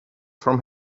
from